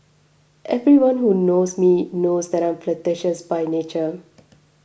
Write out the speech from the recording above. everyone who knows me knows that I am flirtatious by nature